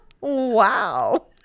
wow